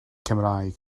cymraeg